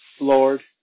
Lord